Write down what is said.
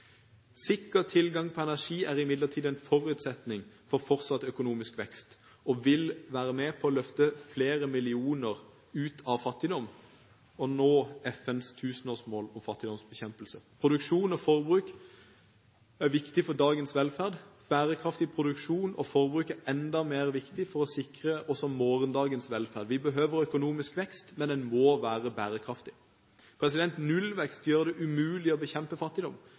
Sikker tilgang på energi er imidlertid en forutsetning for fortsatt økonomisk vekst, og vil være med på å løfte flere millioner ut av fattigdom og nå FNs tusenårsmål for fattigdomsbekjempelse. Produksjon og forbruk er viktig for dagens velferd. Bærekraftig produksjon og forbruk er enda mer viktig for å sikre også morgendagens velferd. Vi behøver økonomisk vekst, men den må være bærekraftig. Nullvekst gjør det umulig å bekjempe fattigdom